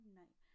night